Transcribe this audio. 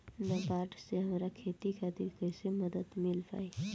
नाबार्ड से हमरा खेती खातिर कैसे मदद मिल पायी?